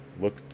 Look